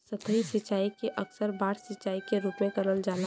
सतही सिंचाई के अक्सर बाढ़ सिंचाई के रूप में करल जाला